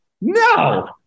No